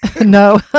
No